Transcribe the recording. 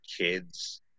kids